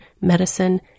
medicine